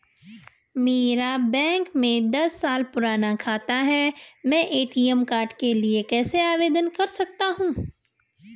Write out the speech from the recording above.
मेरा बैंक में दस साल पुराना खाता है मैं ए.टी.एम कार्ड के लिए कैसे आवेदन कर सकता हूँ?